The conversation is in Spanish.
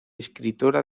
escritora